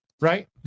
Right